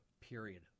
Period